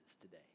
today